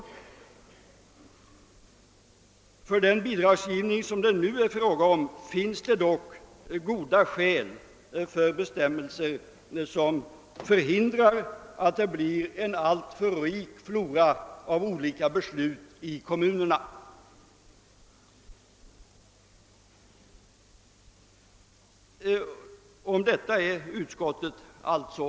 I fråga om den bidragsgivning som nu är:aktuell finns det dock goda skäl för bestämmelser som förhindrar att det blir en alltför rik flora av olika beslut :i kommunerna. Om detta är utskottet: enigt.